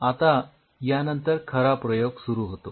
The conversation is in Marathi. आता यानंतर खरा प्रयोग सुरु होतो